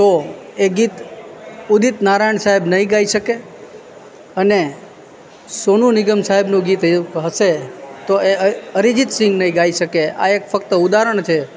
તો એ ગીત ઉદિત નારાયણ સાહેબ નહીં ગાઈ શકે અને સોનું નિગમ સાહેબનું ગીત એ હશે તો એ અરી અરીજીત સિંગ નહીં ગાઈ શકે આ એક ફક્ત ઉદાહરણ છે